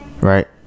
right